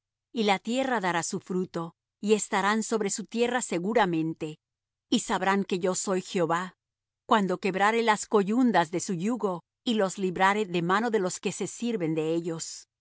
y la tierra dará su fruto y estarán sobre su tierra seguramente y sabrán que yo soy jehová cuando quebrare las coyundas de su yugo y los librare de mano de los que se sirven de ellos